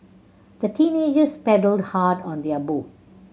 the teenagers paddled hard on their boat